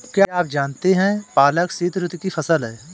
क्या आप जानते है पालक शीतऋतु की फसल है?